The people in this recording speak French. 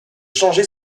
changer